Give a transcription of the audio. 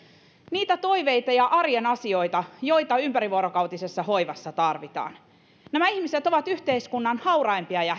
niitä toiveita ja arjen asioita joita ympärivuorokautisessa hoivassa tarvitaan nämä ihmiset ovat yhteiskunnan hauraimpia ja